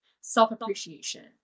self-appreciation